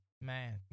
Man